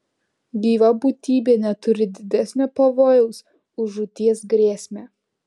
gyva būtybė neturi didesnio pavojaus už žūties grėsmę